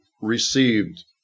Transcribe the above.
received